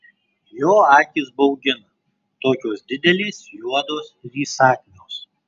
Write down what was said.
jo akys baugina tokios didelės juodos ir įsakmios